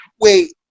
wait